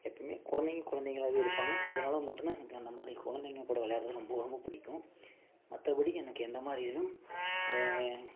எப்பவும் குழந்தைங்க குழந்தைங்களாவே இருப்பாங்க அதனால மட்டும்தான் எனக்கு அந்தமாதிரி குழந்தைங்க கூட விளையாடுறது ரொம்ப ரொம்ப பிடிக்கும் மற்றபடி எனக்கு எந்தமாதிரி இதிலும் இந்த